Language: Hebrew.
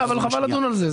לא, אבל חבל לדון על זה.